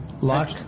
Luck